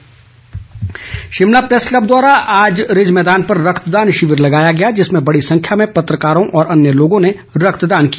रक्तदान Shimla press club द्वारा आज रिज मैदान पर रक्तदान शिविर लगाया गया जिसमें बड़ी संख्या में पत्रकारों व अन्य लोगों ने रक्तदान किया